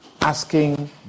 asking